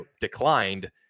declined